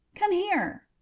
come here!